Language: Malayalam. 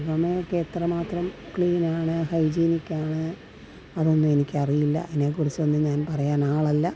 അകമയൊക്കെ എത്രമാത്രം ക്ലീനാണ് ഹൈജീനിക്കാണ് അതൊന്നും എനിക്കറിയില്ല അതിനെക്കുറിച്ചൊന്നും ഞാൻ പറയാൻ ആളല്ല